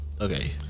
Okay